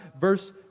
Verse